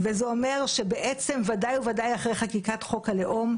זה אומר שוודאי וודאי אחרי חקיקת חוק הלאום,